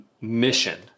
mission